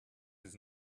his